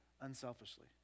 unselfishly